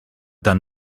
done